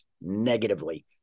negatively